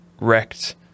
wrecked